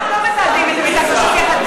אנחנו לא מטאטאים את זה מתחת לשטיח.